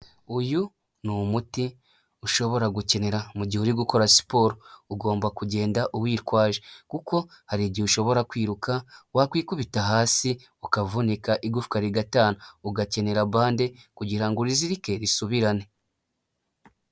Uyu ni umuti ushobora gukenera mu gihe uri gukora siporo ugomba kugenda uwitwaje kuko hari igihe ushobora kwiruka wakwikubita hasi ukavunika igufwa rigatana ugakenera bande kugira urizirike risubirane.